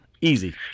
Easy